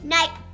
Night